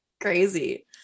Crazy